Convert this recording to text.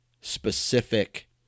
specific